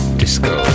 disco